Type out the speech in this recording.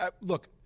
Look